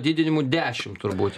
didinimų dešim turbūt